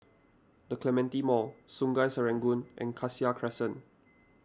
the Clementi Mall Sungei Serangoon and Cassia Crescent